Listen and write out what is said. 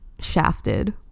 shafted